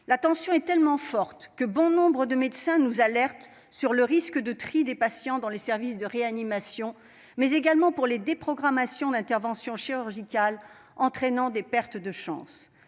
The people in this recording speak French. La tension est tellement forte que bon nombre de médecins nous alertent sur le risque d'un tri des patients dans les services de réanimation, mais également sur les déprogrammations d'interventions chirurgicales, entraînant des pertes de chance.